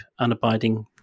unabiding